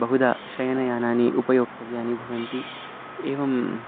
बहुधा शयनयानानि उपयोक्तव्यानि भवन्ति एवं